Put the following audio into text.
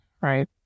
right